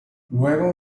luego